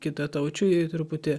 kitataučiui truputį